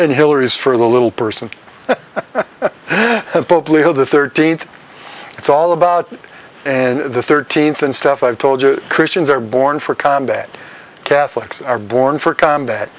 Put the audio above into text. in hillary's for the little person of pope leo the thirteenth it's all about and the thirteenth and stuff i've told you christians are born for combat catholics are born for combat